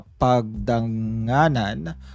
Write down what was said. Pagdanganan